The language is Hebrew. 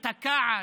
את הכעס,